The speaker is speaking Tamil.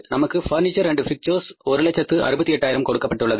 நமக்கு பர்னிச்சர் மற்றும் பிக்சர்ஸ் ஒரு லட்சத்து 68000 கொடுக்கப்பட்டுள்ளது